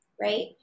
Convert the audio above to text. right